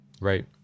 right